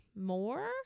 more